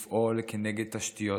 לפעול כנגד תשתיות.